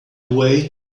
away